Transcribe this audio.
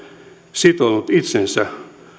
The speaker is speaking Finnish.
sitonut itsensä